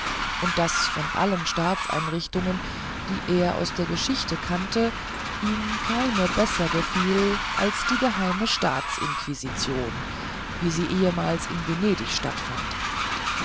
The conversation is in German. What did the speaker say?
und daß von allen staatseinrichtungen die er aus der geschichte kannte ihm keine besser gefiel als die geheime staats inquisition wie sie ehemals in venedig stattfand